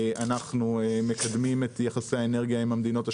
אנחנו מקדמים את יחסי האנרגיה עם המדינות השכנות,